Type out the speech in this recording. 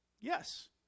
Yes